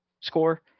score